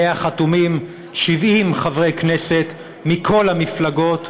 שעליה חתומים 70 חברי כנסת מכל המפלגות,